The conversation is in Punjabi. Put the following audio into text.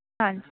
ਹਾਂਜੀ